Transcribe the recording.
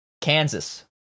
kansas